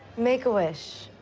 make-a-wish.